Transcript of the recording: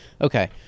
Okay